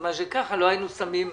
מה שככה אולי לא היינו שמים לב.